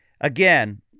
again